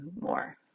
more